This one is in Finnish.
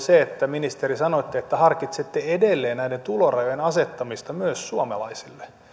se että ministeri sanoitte että harkitsette edelleen näiden tulorajojen asettamista myös suomalaisille